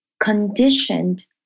conditioned